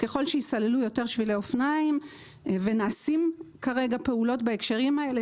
ככל שייסללו יותר שבילי אופניים ונעשות כרגע פעולות בהקשרים האלה,